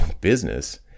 business